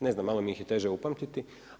Ne znam malo mi ih je teže upamtiti.